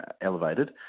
elevated